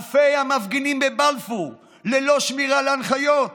אלפי המפגינים בבלפור ללא שמירה על הנחיות